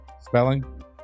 spelling